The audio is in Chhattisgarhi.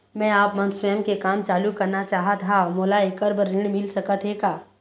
मैं आपमन स्वयं के काम चालू करना चाहत हाव, मोला ऐकर बर ऋण मिल सकत हे का?